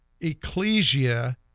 Ecclesia